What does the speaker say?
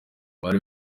bari